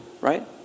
right